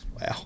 Wow